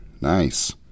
Nice